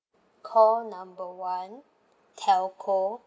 call number one telco